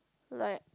like